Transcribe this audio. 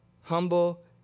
humble